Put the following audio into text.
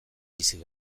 bizi